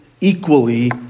equally